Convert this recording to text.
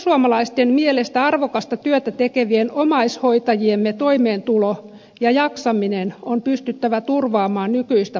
perussuomalaisten mielestä arvokasta työtä tekevien omaishoitajiemme toimeentulo ja jaksaminen on pystyttävä turvaamaan nykyistä paremmin